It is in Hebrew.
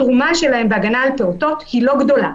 התרומה שלהם בהגנה על פעוטות היא לא גדולה.